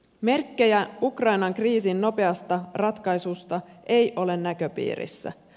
merkkejä ukrainan kriisin nopeasta ratkaisusta ei ole näköpiirissä